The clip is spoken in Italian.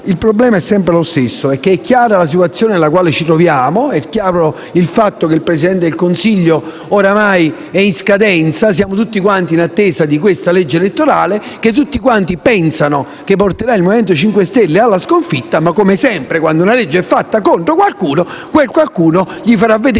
il problema è sempre lo stesso perché è chiara la situazione in cui ci troviamo, è chiaro il fatto che il Presidente del Consiglio ormai è in scadenza e siamo tutti in attesa della legge elettorale, che tutti pensano porterà il Movimento 5 Stelle alla sconfitta. Eppure, come sempre, quando una legge è fatta contro qualcuno, quel qualcuno mostrerà